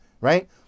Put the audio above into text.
right